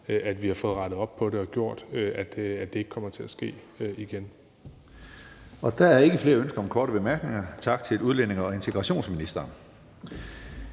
at vi har fået rettet op på det og gjort, at det ikke kommer til at ske igen. Kl. 12:14 Tredje næstformand (Karsten Hønge): Der er ikke flere ønsker om korte bemærkninger. Tak til udlændinge- og integrationsministeren.